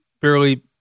barely